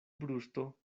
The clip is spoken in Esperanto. brusto